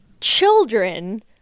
children